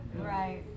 Right